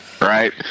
right